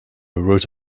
wrote